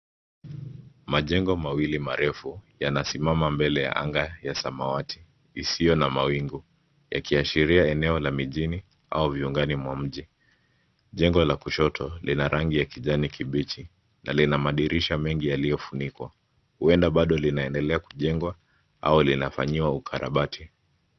Majengo mawili marefu yanasimama mbele ya anga ya samawati isiyo na mawingu yakiashiria eneo la mijini au viungani mwa mji. Jengo la kushoto lina rangi ya kijani kibichi na lina madirisha mengi yaliyofunikwa. Huenda bado linaendelea kujengwa au linafanyiwa ukarabati.